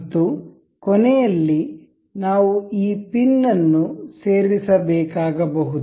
ಮತ್ತು ಕೊನೆಯಲ್ಲಿ ನಾವು ಈ ಪಿನ್ ಅನ್ನು ಸೇರಿಸಬೇಕಾಗಬಹುದು